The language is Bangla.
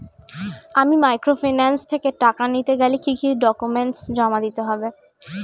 আমি মাইক্রোফিন্যান্স থেকে টাকা নিতে গেলে কি কি ডকুমেন্টস জমা দিতে হবে?